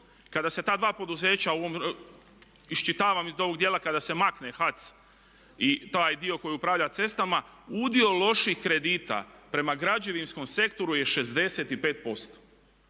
kada se ta dva poduzeća iščitavam iz ovog dijela kada se makne HAC i taj dio koji upravlja cestama udio loših kredita prema građevinskom sektoru je 65%.